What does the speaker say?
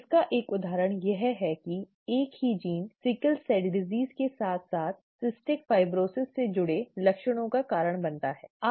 इसका एक उदाहरण यह है कि एक ही जीनgene सिकल सेल रोग के साथ साथ सिस्टिक फाइब्रोसिस से जुड़े लक्षणों का कारण बनता है ठीक है